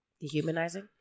Dehumanizing